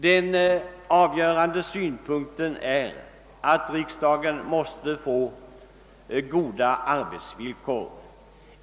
Den avgörande synpunkten är, att riksdagen måste få goda arbetsvillkor.